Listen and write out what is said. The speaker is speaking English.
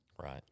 Right